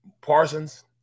Parsons